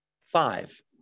five